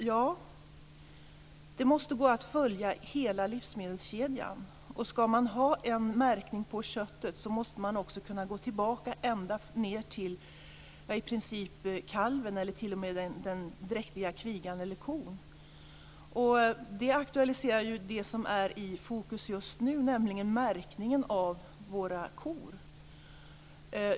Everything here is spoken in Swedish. Ja, det måste gå att följa i hela livsmedelskedjan. Ska man ha en märkning av köttet måste man också kunna gå tillbaka ända ned till i princip kalven eller t.o.m. den dräktiga kvigan eller kon. Detta aktualiserar ju det som är fokus just nu, nämligen märkningen av våra kor.